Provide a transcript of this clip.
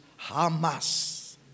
Hamas